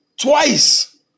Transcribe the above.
twice